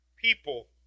people